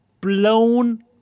blown